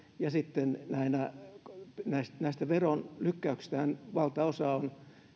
ja näistä veron lykkäyksistähän valtaosa on